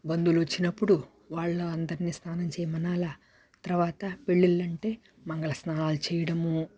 బంధువులు వచ్చినప్పుడు వాళ్ళ అందరిని స్నానం చేయమనాలి తర్వాత పెళ్ళిళ్ళు అంటే మంగళ స్నానాలు చేయడము